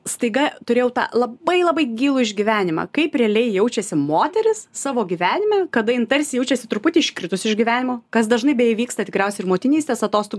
staiga turėjau tą labai labai gilų išgyvenimą kaip realiai jaučiasi moteris savo gyvenime kada jin tarsi jaučiasi truputį iškritus iš gyvenimo kas dažnai beje vyksta tikriausiai ir motinystės atostogų